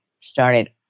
started